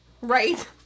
Right